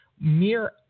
mere